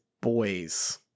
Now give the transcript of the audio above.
boys